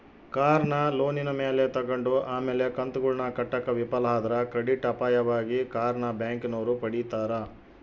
ಕಾರ್ನ ಲೋನಿನ ಮ್ಯಾಲೆ ತಗಂಡು ಆಮೇಲೆ ಕಂತುಗುಳ್ನ ಕಟ್ಟಾಕ ವಿಫಲ ಆದ್ರ ಕ್ರೆಡಿಟ್ ಅಪಾಯವಾಗಿ ಕಾರ್ನ ಬ್ಯಾಂಕಿನೋರು ಪಡೀತಾರ